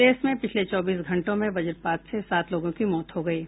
प्रदेश में पिछले चौबीस घंटों में वज्रपात से सात लोगों की मौत हो गयी है